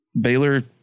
Baylor